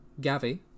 Gavi